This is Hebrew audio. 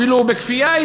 אפילו בכפייה,